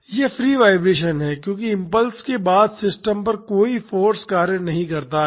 यह free vibration है क्योंकि इम्पल्स के बाद सिस्टम पर कोई फाॅर्स कार्य नहीं करता है